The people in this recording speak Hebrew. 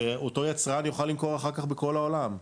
ואותו יצרן יוכל למכור אחר כך בכל העולם.